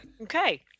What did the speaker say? Okay